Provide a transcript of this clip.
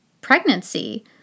pregnancy